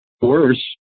worse